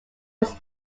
was